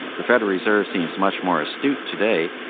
the federal reserve seems much more astute today.